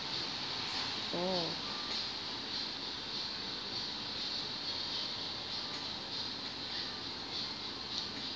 oh